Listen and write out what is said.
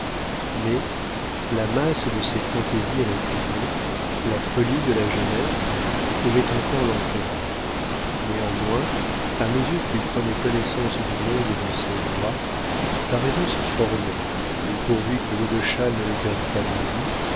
mais la masse de ses fantaisies réprimées la folie de la jeunesse pouvaient encore l'entraîner néanmoins à mesure qu'il prenait connaissance du monde et de ses lois sa raison se formait et pourvu que godeschal ne le perdît pas de vue